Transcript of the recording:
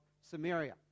Samaria